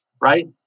right